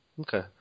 Okay